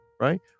right